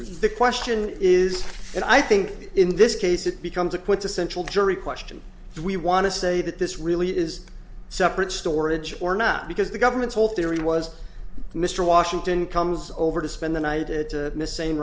the question is and i think in this case it becomes a quintessential jury question do we want to say that this really is separate storage or not because the government's whole theory was mr washington comes over to spend the night at the miss same